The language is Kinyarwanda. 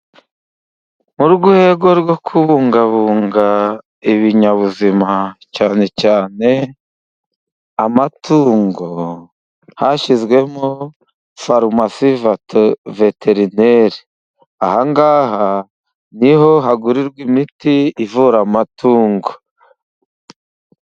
Mu rwego rwo kubungabunga ibinyabuzima, cyane cyane amatungo. Hashyizwemo farumasi veterineri, aha ngaha niho hagurirwa imiti, ivura amatungo.